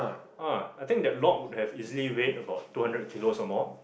ah I think that log would have easily weighed about two hundred kilos or more